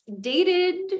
dated